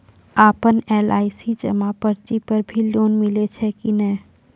आपन एल.आई.सी जमा पर्ची पर भी लोन मिलै छै कि नै?